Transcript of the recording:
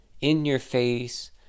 in-your-face